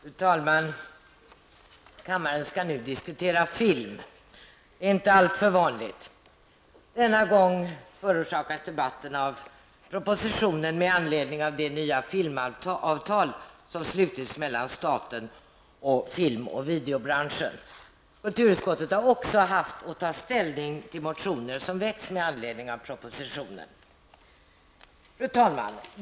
Fru talman! Kammaren skall nu diskutera film. Det är inte alltför vanligt. Denna gång förorsakas debatten av propositionen med anledning av det nya filmavtal som slutits mellan staten och film och videobranschen. Kulturutskottet har också haft att ta ställning till motioner som väckts med anledning av propositionen. Fru talman!